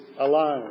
alone